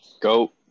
Go